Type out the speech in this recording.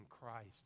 Christ